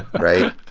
right?